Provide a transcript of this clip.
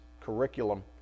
curriculum